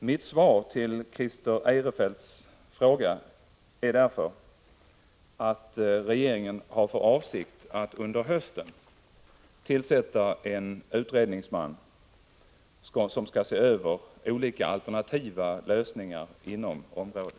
Mitt svar på Christer Eirefelts fråga är att regeringen har för avsikt att under hösten tillsätta en utredningsman som skall se över olika alternativa lösningar inom området.